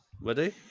Ready